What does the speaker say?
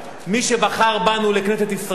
מי שבחר בנו לכנסת ישראל,